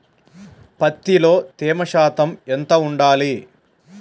పత్తిలో తేమ శాతం ఎంత ఉండాలి?